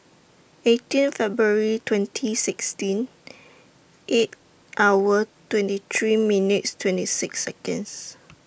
eighteen February twenty sixteen eight hour twenty three minutes twenty six Seconds